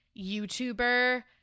youtuber